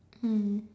mm